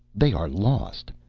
they are lost,